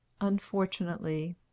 Unfortunately